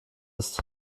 ist